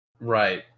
Right